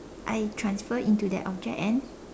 I transfer into that object and